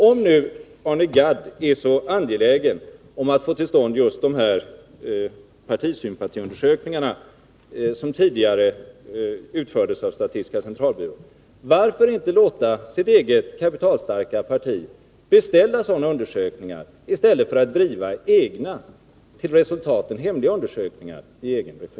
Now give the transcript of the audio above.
Om nu Arne Gadd är så angelägen om att få till stånd just de här partisympatiundersökningarna, som tidigare utfördes av statistiska centralbyrån, varför inte låta sitt eget kapitalstarka parti beställa sådana undersökningar i stället för att driva till resultaten hemliga undersökningar i egen regi?